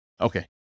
Okay